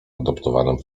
adoptowanym